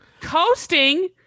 coasting